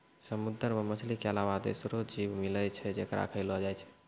समुंदर मे मछली के अलावा दोसरो जीव मिलै छै जेकरा खयलो जाय छै